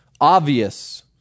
Obvious